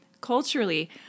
Culturally